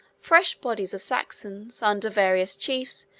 fresh bodies of saxons, under various chiefs,